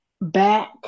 Back